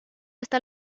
está